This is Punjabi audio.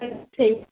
ਠੀਕ ਹੈ